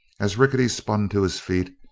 as rickety spun to his feet,